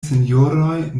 sinjoroj